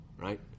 Right